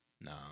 Nah